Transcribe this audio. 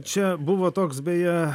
čia buvo toks beje